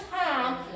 time